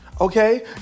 Okay